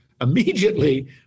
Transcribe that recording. Immediately